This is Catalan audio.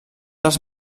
dels